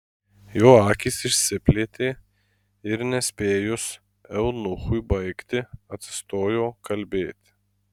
jo akys išsiplėtė ir nespėjus eunuchui baigti atsistojo kalbėti